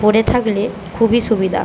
পরে থাকলে খুবই সুবিধা